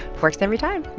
works every time.